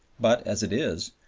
but as it is,